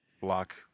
Block